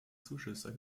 zuschüsse